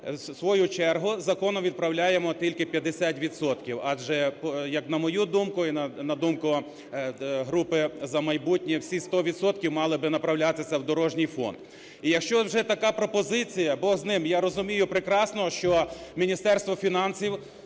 свою чергу законом відправляємо тільки 50 відсотків. Адже, як на мою думку і на думку групи "За майбутнє", всі 100 відсотків мали би направлятися в дорожній фонд. І якщо вже така пропозиція, Бог з ним, я розумію прекрасно, що Міністерство фінансів